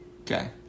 Okay